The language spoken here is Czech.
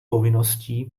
povinností